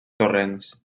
sorrencs